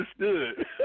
understood